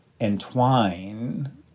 entwine